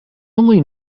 only